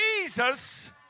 Jesus